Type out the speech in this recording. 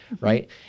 right